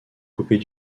couper